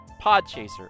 Podchaser